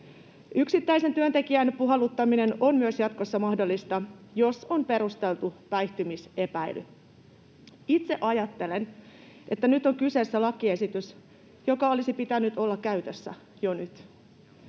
yksittäisen työntekijän puhalluttaminen on jatkossa mahdollista, jos on perusteltu päihtymisepäily. Itse ajattelen, että nyt on kyseessä lakiesitys, jonka olisi pitänyt olla käytössä jo nyt.